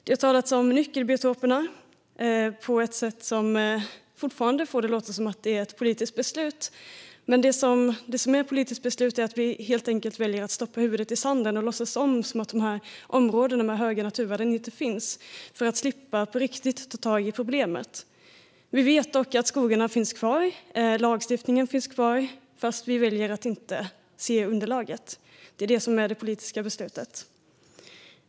Det har talats om nyckelbiotoperna på ett sätt som får det att låta som att det är ett politiskt beslut, men det som är ett politiskt beslut är att vi helt enkelt väljer att stoppa huvudet i sanden och låtsas som att områdena med höga naturvärden inte finns, för att slippa ta tag i problemet på riktigt. Vi vet att skogarna finns kvar och att lagstiftningen finns kvar, men vi väljer att inte se underlaget. Det är det som är det politiska beslutet.